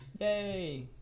Yay